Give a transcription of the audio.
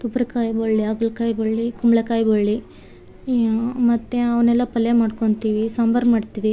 ತುಪ್ಪರಕಾಯಿ ಬಳ್ಳಿ ಹಾಗಲ್ಕಾಯಿ ಬಳ್ಳಿ ಕುಂಬಳಕಾಯಿ ಬಳ್ಳಿ ಏನು ಮತ್ತು ಅವನ್ನೆಲ್ಲ ಪಲ್ಯ ಮಾಡ್ಕೊತೀವಿ ಸಾಂಬಾರು ಮಾಡ್ತೀವಿ